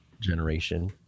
generation